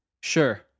sure